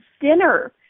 dinner